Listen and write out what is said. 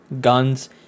guns